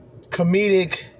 comedic